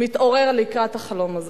מתעורר לקראת החלום הזה.